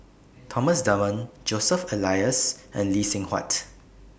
Thomas Dunman Joseph Elias and Lee Seng Huat